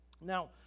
now